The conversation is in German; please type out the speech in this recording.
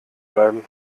bleiben